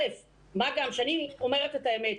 מה גם שאני אומרת את האמת.